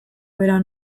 bera